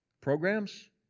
Programs